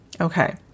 Okay